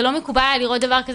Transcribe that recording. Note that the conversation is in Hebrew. זה לא מקובל עלי לראות דבר כזה.